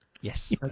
Yes